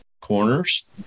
corners